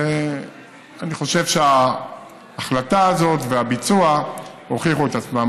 אני חושב שההחלטה הזאת והביצוע הוכיחו את עצמם.